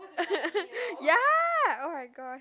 ya oh-my-gosh